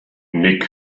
nick